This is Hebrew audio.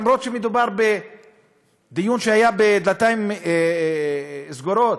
למרות שמדובר בדיון שהיה בדלתיים סגורות,